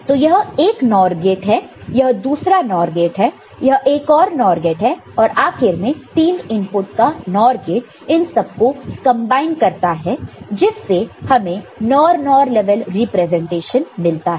तो यह एक NOR गेट है यह दूसरा NOR गेट है यह एक और NOR गेट है और आखिर में एक 3 इनपुट NOR गेट इन सब को कंबाइन करता है जिससे हमें NOR NOR लेवल रिप्रेजेंटेशन मिलता है